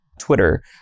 Twitter